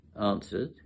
answered